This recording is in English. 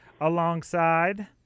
alongside